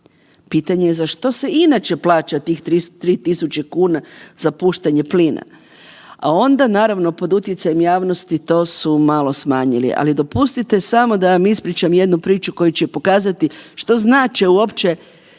Pitanje je za što se inače plaća tih 3.000,00 kn za puštanje plina, a onda naravno pod utjecajem javnosti to su malo smanjili. Ali dopustite samo da vam ispričam jednu priču koja će pokazati što znače uopće